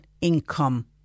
income